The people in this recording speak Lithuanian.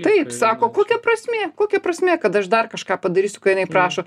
taip sako kokia prasmė kokia prasmė kad aš dar kažką padarysiu ką jinai prašo